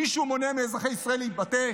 מישהו מונע מאזרחי ישראל להתבטא?